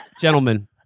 Gentlemen